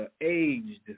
aged